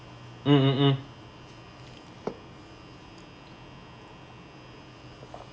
mm mm mm